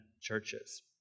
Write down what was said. churches